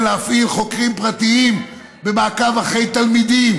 להפעיל חוקרים פרטיים במעקב אחרי תלמידים.